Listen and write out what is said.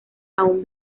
aún